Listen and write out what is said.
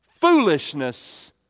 foolishness